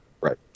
Right